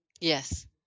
Yes